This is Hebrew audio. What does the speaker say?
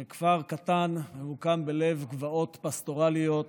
זה כפר קטן הממוקם בלב גבעות פסטורליות,